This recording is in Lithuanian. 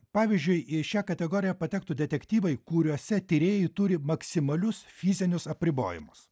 pavyzdžiui į šią kategoriją patektų detektyvai kuriuose tyrėjai turi maksimalius fizinius apribojimus